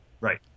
Right